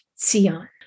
Sion